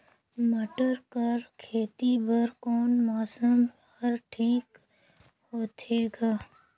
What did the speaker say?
टमाटर कर खेती बर कोन मौसम हर ठीक होथे ग?